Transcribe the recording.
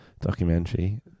documentary